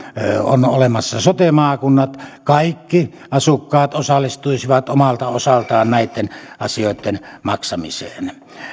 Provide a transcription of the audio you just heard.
on olemassa sote maakunnat kaikki asukkaat osallistuisivat omalta osaltaan näitten asioitten maksamiseen